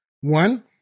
One